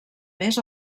més